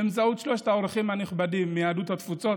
באמצעות שלושת האורחים הנכבדים מיהדות התפוצות,